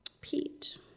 Pete